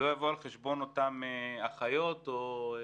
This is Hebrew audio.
כולנו יודעים, לקראת אוגוסט,